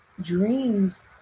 dreams